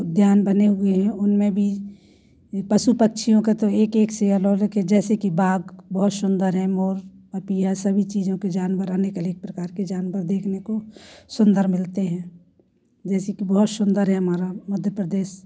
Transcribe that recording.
उद्यान बने हुए हैं उनमें भी पशु पक्षियों का तो एक एक से जैसे कि बाघ बहुत सुंदर हैं मोर पपीहा सभी चीज़ों के जानवर अनेक अनेक प्रकार के जानवर देखने को सुंदर मिलते हैं जैसे कि बहुत सुंदर है हमारा मध्य प्रदेश